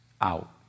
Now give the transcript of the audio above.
out